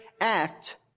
act